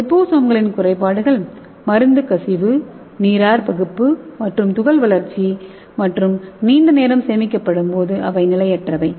லிபோசோம்களின் குறைபாடுகள் மருந்து கசிவு நீராற்பகுப்பு மற்றும் துகள் வளர்ச்சி மற்றும் நீண்ட நேரம் சேமிக்கப்படும் போது அவை நிலையற்றவை